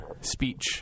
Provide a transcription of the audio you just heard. speech